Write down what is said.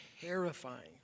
terrifying